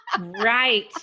Right